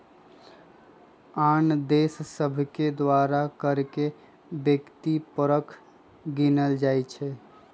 आन देश सभके द्वारा कर के व्यक्ति परक गिनल जाइ छइ